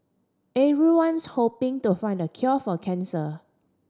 everyone's hoping to find the cure for cancer